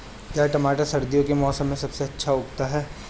क्या टमाटर सर्दियों के मौसम में सबसे अच्छा उगता है?